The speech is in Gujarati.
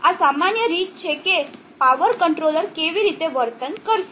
તેથી આ સામાન્ય રીતે છે કે આ પાવર કંટ્રોલર કેવી રીતે વર્તન કરશે